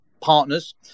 Partners